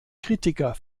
kritiker